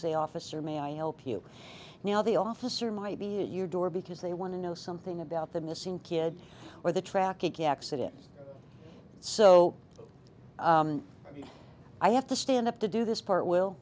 say officer may i help you now the officer might be a your door because they want to know something about the missing kid or the track again accident so i have to stand up to do this part w